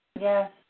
Yes